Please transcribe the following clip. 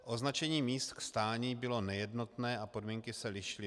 Označení míst k stání bylo nejednotné a podmínky se lišily.